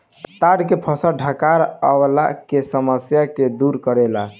ताड़ के फल डकार अवला के समस्या के दूर करेला